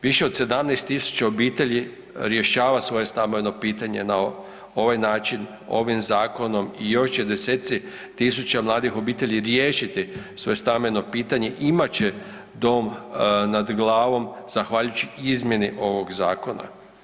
Više od 17.000 obitelji rješava svoje stambeno pitanje na ovaj način, ovim zakonom i još će deseci tisuća mladih obitelji riješiti svoje stambeno pitanje, imat će dom nad glavom zahvaljujući izmjeni ovog zakona.